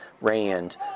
rand